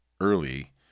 early